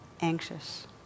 anxious